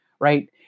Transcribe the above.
right